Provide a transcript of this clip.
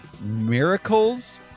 miracles